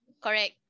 Correct